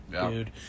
dude